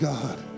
God